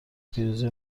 پیروزی